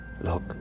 Look